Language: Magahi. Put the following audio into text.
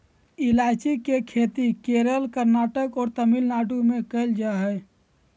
ईलायची के खेती केरल, कर्नाटक और तमिलनाडु में कैल जा हइ